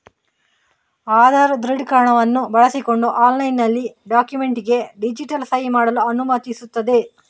ಆಧಾರ್ ದೃಢೀಕರಣವನ್ನು ಬಳಸಿಕೊಂಡು ಆನ್ಲೈನಿನಲ್ಲಿ ಡಾಕ್ಯುಮೆಂಟಿಗೆ ಡಿಜಿಟಲ್ ಸಹಿ ಮಾಡಲು ಅನುಮತಿಸುತ್ತದೆ